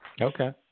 Okay